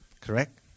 Correct